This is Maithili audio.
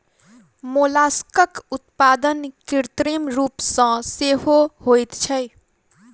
मोलास्कक उत्पादन कृत्रिम रूप सॅ सेहो होइत छै